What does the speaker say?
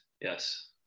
yes